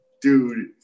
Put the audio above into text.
dude